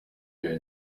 iyo